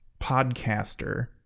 podcaster